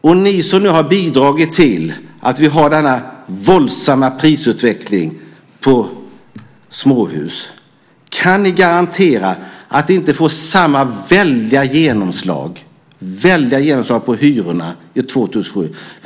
Kan ni som nu har bidragit till att vi har denna våldsamma prisutveckling på småhus garantera att vi inte får samma väldiga genomslag på hyrorna 2007?